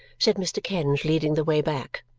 said mr. kenge, leading the way back.